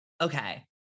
okay